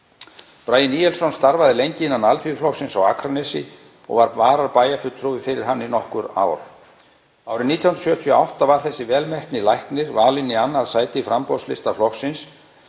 Bragi Níelsson starfaði lengi innan Alþýðuflokksins á Akranesi og var varabæjarfulltrúi fyrir hann í nokkur ár. Árið 1978 var þessi vel metni læknir valinn í 2. sæti framboðslista flokksins